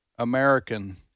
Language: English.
American